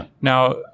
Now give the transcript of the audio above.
Now